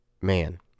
man